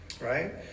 right